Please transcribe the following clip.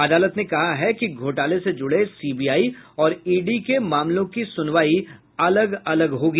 अदालत ने कहा है कि घोटाले से जुड़े सीबीआई और ईडी के मामलों की सुनवाई अलग अलग होगी